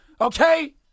Okay